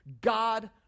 God